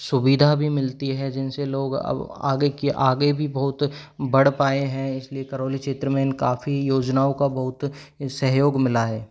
सुविधा भी मिलती है जिनसे लोग अब आगे की आगे भी बहुत बढ़ पाए हैं इसलिए करौली क्षेत्र में इन काफ़ी योजनाओं का बहुत सहयोग मिला है